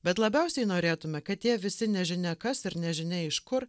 bet labiausiai norėtume kad tie visi nežinia kas ir nežinia iš kur